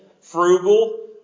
frugal